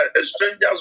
stranger's